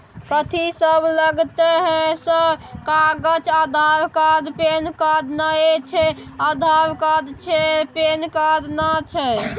कथि सब लगतै है सर कागज आधार कार्ड पैन कार्ड नए छै आधार कार्ड छै पैन कार्ड ना छै?